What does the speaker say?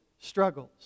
struggles